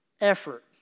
effort